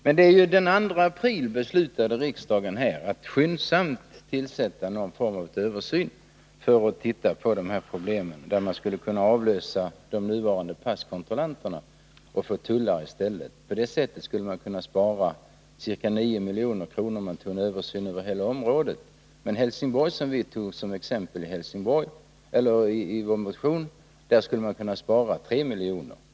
Men det var den 2 april som riksdagen beslutade att någon form av översyn skulle komma till stånd skyndsamt för att se på de här problemen. Passkontrollanter skulle kunna ersättas av tullare, och på det sättet skulle man kunna spara ca 9 milj.kr. genom en översyn över hela området. För Helsingborgs del, som vi tog som exempel i vår motion, skulle man kunna spara 3 milj.kr.